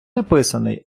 написаний